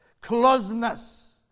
closeness